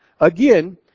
Again